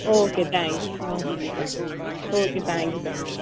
okay thank you okay thank you thank you